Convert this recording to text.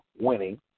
winning